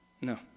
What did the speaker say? No